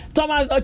Thomas